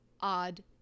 odd